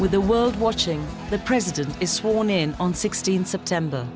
with the world watching the president is sworn in on sixteen september